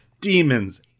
demons